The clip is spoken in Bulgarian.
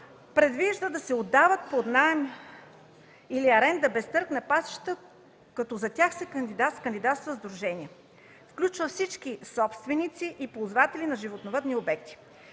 предвижда да се отдават под наем или аренда без търг на пасища, като за тях ще кандидатстват сдруженията. Включва всички собственици и ползватели на животновъдни обекти.